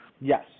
Yes